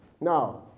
Now